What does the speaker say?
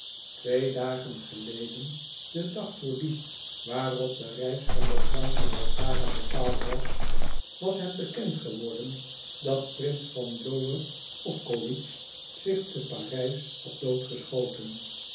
twee dagen geleden den dag vor dien waarop de reis van de bruid naar altara bepaald was was het bekend geworden dat prins von lohe obkowitz zich te parijs had doodgeschoten